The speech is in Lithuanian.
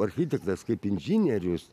architektas kaip inžinierius